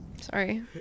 Sorry